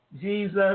Jesus